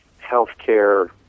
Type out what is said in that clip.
healthcare